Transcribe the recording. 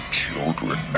children